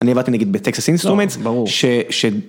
אני עבדתי נגיד בטקסס אינסטרומץ. ברור.